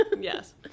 yes